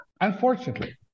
unfortunately